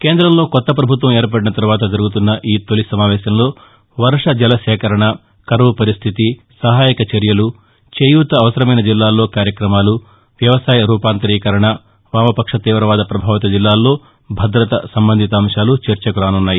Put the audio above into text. కేందంలో కొత్త ప్రభుత్వం ఏర్పడిన తర్వాత జరుగుతున్న ఈ తొలి సమావేశంలో వర్షజల సేకరణ కరవు పరిస్థితి సహాయక చర్యలు చేయూత అవసరమైన జిల్లాల్లో కార్యక్రమాలు వ్యవసాయ రూపాంతరీకరణ వామపక్ష తీవవాద పభావిత జిల్లాల్లో భద్రత సంబంధిత అంశాలు చర్చకు రానున్నాయి